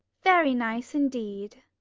very nice, indeed.